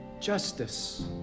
Justice